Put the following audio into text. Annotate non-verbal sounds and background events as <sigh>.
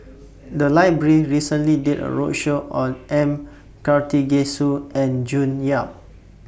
<noise> The Library recently did A roadshow on M Karthigesu and June Yap